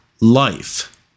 life